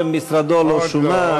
שם משרדו לא שונה,